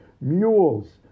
mules